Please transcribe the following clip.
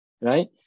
right